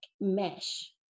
mesh